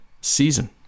season